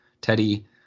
teddy